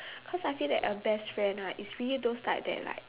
cause I feel that a best friend right is really those like that like